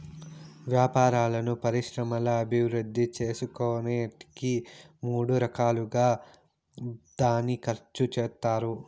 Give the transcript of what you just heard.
వ్యాపారాలను పరిశ్రమల అభివృద్ధి చేసుకునేకి మూడు రకాలుగా దాన్ని ఖర్చు చేత్తారు